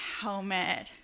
helmet